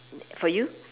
for you